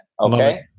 Okay